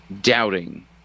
doubting